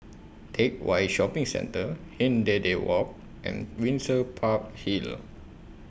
Teck Whye Shopping Centre Hindhede Walk and Windsor Park Hill